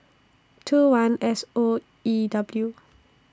two one S O E W